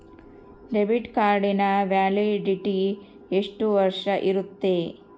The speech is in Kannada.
ಡೆಬಿಟ್ ಕಾರ್ಡಿನ ವ್ಯಾಲಿಡಿಟಿ ಎಷ್ಟು ವರ್ಷ ಇರುತ್ತೆ?